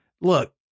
look